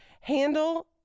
handle